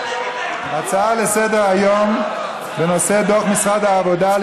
הצעה לסדר-היום בנושא: דוח משרד העבודה על